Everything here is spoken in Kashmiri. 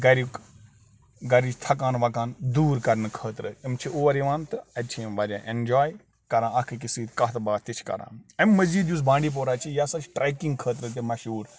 گَریُک گَرِچ تھکان وَکان دوٗر کَرنہٕ خٲطرٕ یِم چھِ اور یِوان تہٕ اَتہِ چھِ یِم واریاہ اٮ۪نجاے کَران اَکھ أکِس سۭتۍ کَتھ باتھ تہِ چھِ کَران اَمہِ مٔزیٖد یُس بانٛڈی پورہ چھِ یہِ ہَسا چھِ ٹرٛیکِنٛگ خٲطرٕ تہِ مشہوٗر